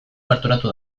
gerturatu